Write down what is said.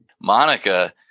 Monica